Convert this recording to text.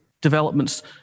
developments